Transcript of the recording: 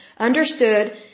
understood